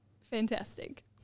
Fantastic